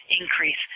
increase